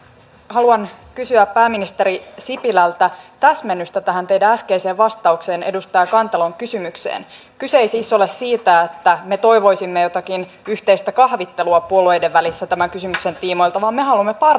haluan kysyä pääministeri sipilältä täsmennystä tähän teidän äskeiseen vastaukseenne edustaja kantolan kysymykseen kyse ei siis ole siitä että me toivoisimme jotakin yhteistä kahvittelua puolueiden välissä tämän kysymyksen tiimoilta vaan me haluamme